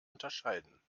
unterscheiden